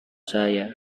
saya